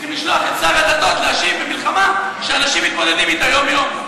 וצריכים לשלוח את שר הדתות להשיב במלחמה שאנשים מתמודדים אתה יום-יום.